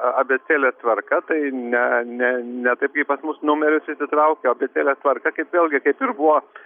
abėcėlės tvarka tai ne ne ne taip kaip pas mus numerius išsitraukia o abėcėlės tvarka kaip vėlgi kaip ir buvo